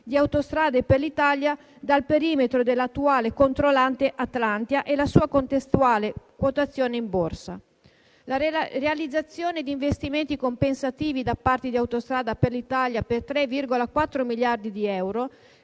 di Autostrade per l'Italia dal perimetro dell'attuale controllante (Atlantia) e la sua contestuale quotazione in borsa; la realizzazione di investimenti compensativi da parte di Autostrade per l'Italia per 3,4 miliardi di euro,